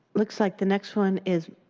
looks like the next one is